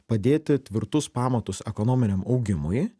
padėti tvirtus pamatus ekonominiam augimui